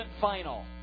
final